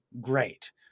great